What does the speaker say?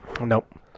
Nope